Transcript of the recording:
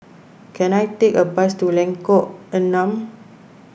can I take a bus to Lengkok Enam